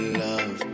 love